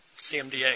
CMDA